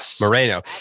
Moreno